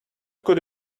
could